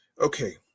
okay